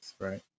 right